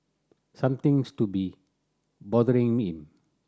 something use to be bothering him